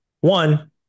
One